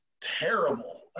terrible